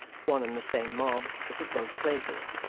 one and the same mob was at both places.